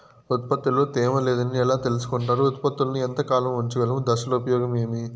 ఉత్పత్తి లో తేమ లేదని ఎలా తెలుసుకొంటారు ఉత్పత్తులను ఎంత కాలము ఉంచగలము దశలు ఉపయోగం ఏమి?